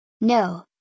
No